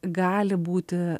gali būti